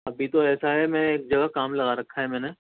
ابھی تو ایسا ہے میں ایک جگہ کام لگا رکھا ہے میں نے